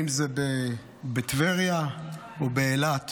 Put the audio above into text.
בטבריה או באילת.